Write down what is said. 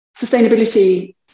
sustainability